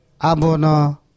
abono